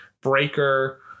Breaker